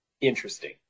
interesting